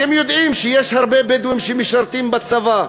אתם יודעים שיש הרבה בדואים שמשרתים בצבא,